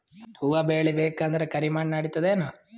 ಹುವ ಬೇಳಿ ಬೇಕಂದ್ರ ಕರಿಮಣ್ ನಡಿತದೇನು?